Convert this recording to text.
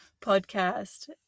podcast